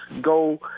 go –